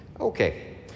Okay